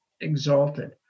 exalted